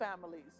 families